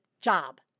job